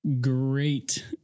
Great